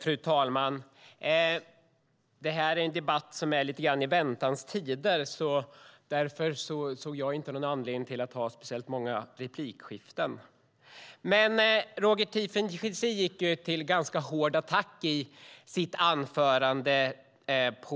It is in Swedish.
Fru talman! Den här debatten befinner sig lite grann i väntans tider. Därför såg jag ingen anledning att begära alltför många repliker. Roger Tiefensee gick i sitt anförande till ganska hård attack vad